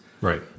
Right